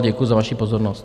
Děkuju za vaši pozornost.